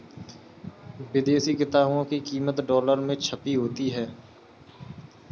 विदेशी किताबों की कीमत डॉलर में छपी होती है